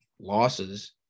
losses